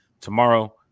tomorrow